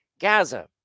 Gaza